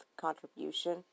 contribution